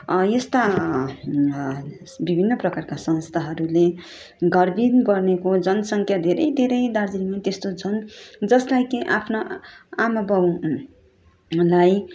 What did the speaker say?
यस्ता विभिन्न प्रकराका संस्थाहरूले घर विहिन गर्नेको जनसङ्ख्या धेरै धेरै दार्जिलिङमा त्यस्तो छन् जसलाई केही आफ्ना आमा बाउलाई